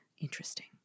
Interesting